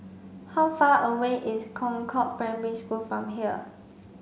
how far away is Concord Primary School from here